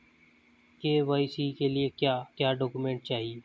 KYC के लिए क्या क्या डॉक्यूमेंट चाहिए?